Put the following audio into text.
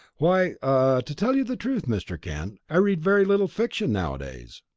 why ah to tell you the truth, mr. kent, i read very little fiction nowadays.